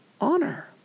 honor